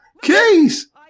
Case